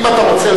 אם אתה רוצה,